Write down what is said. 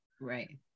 Right